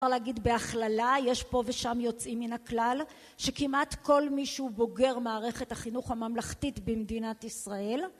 אפשר להגיד בהכללה, יש פה ושם יוצאים מן הכלל שכמעט כל מישהו בוגר מערכת החינוך הממלכתית במדינת ישראל